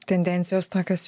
tendencijos takios